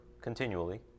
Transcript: continually